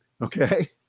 okay